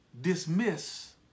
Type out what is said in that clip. dismiss